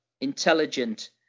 intelligent